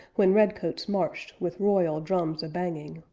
when redcoats marched with royal drums a-banging,